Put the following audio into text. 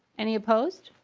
any oppose?